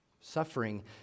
suffering